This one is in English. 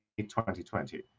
2020